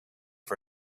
for